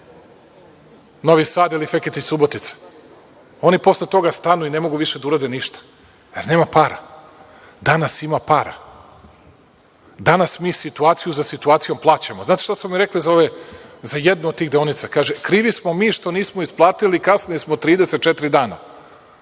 Novi Sad ili Feketić-Subotica. Oni posle toga stanu i ne mogu više da urade ništa, jer nema para. Danas ima para, danas mi situaciju za situacijom plaćamo. Znate šta su mi rekli za jednu od tih deonica? Kažu – krivi smo mi što nismo isplatili, kasnili smo 34 dana.